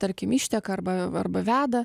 tarkim išteka arba arba veda